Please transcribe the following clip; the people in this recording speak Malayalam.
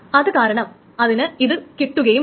അതു കാരണം അതിന് അത് കിട്ടുകയും ഇല്ല